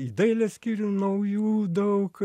į dailės skyrių naujų daug